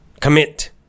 commit